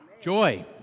joy